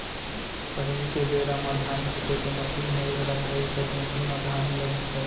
पहिली के बेरा म धान कुटे के मसीन नइ रहत रहिस त ढेंकी म धान ल कूटयँ